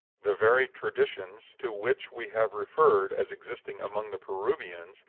the very traditions to which we have referred as existing among the peruvians,